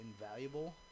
invaluable